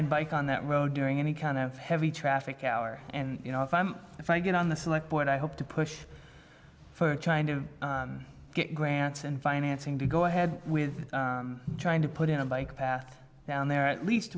bike on that road during any kind of heavy traffic hour and you know if i'm if i get on the select board i hope to push for trying to get grants and financing to go ahead with trying to put in a bike path down there at least